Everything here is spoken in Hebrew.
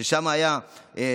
שם היו פיזיותרפיה,